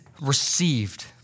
received